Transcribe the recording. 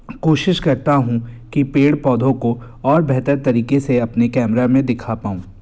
कोशिश करता हूँ कि पेड़ पौधों को और बेहतर तरीके से अपने कैमरा में दिखा पाऊं